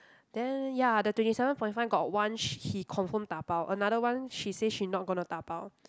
then ya the twenty seven point five got one sh~ he confirm dabao another one she say she not gonna dabao